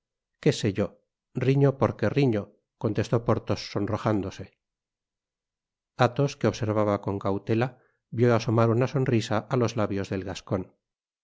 que sé yo riño porque riño contestó porthos sonrojándose athos que observaba con cautela vió asomar una sonrisa á los labios del gascon